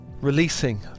Releasing